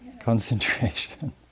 concentration